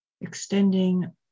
Extending